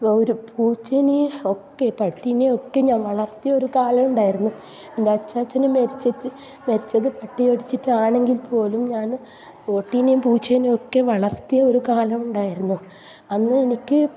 ഒരു പൂച്ചനെ ഒക്കെ പട്ടിനെ ഒക്കെ ഞാൻ വളർത്തിയ ഒരു കാലം ഉണ്ടായിരുന്നു എൻ്റെ അച്ചാച്ചൻ മരിച്ചിട്ട് മരിച്ചത് പട്ടി കടിച്ചിട്ട് ആണെങ്കിൽ പോലും ഞാൻ പട്ടീനെം പൂച്ചെനെം ഒക്കെ വളർത്തിയ ഒരു കാലം ഉണ്ടായിരുന്നു അന്ന് എനിക്ക്